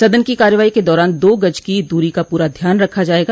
सदन की कर्रवाई के दौरान दो गज की दूरी का पूरा ध्यान रखा जायेगा